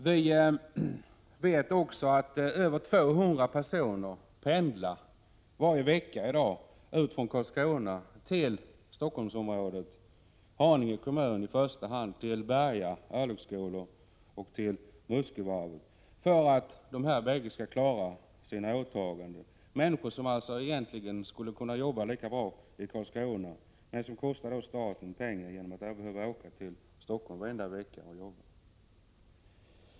Vi vet att över 200 personer varje vecka pendlar från Karlskrona till Stockholmsområdet — i första hand till Haninge kommun, till Berga örlogsskolor och till Muskövarvet för att dessa skall klara sina åtaganden. Det är människor som egentligen lika bra skulle kunna arbeta i Karlskrona men som kostar staten pengar genom att behöva åka till Stockholm och arbeta varje vecka.